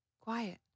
quiet